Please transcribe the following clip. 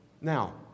Now